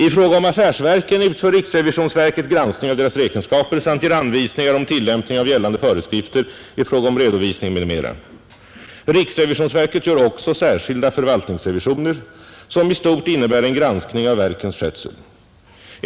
I fråga om affärsverken utför riksrevisionsverket granskning av deras räkenskaper och ger anvisningar om tillämpning av gällande föreskrifter för redovisning m.m. Riksrevisionsverket gör också särskilda förvaltningsrevisioner som i stort innebär en granskning av verkens skötsel.